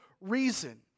reason